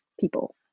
people